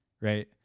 right